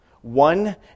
one